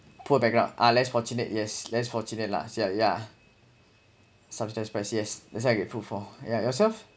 poor background ah less fortunate yes less fortunate lah yeah subsidized price yes that's why I grateful for yeah yourself